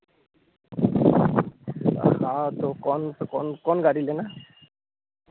हाँ तो कौन कौन कौन गाड़ी लेना है